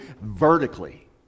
vertically